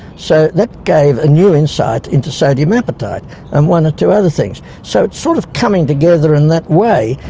so that gave a new insight into sodium appetite and one or two other things. so it's sort of coming together in that way,